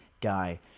guy